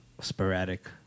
sporadic